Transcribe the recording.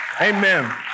Amen